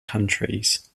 countries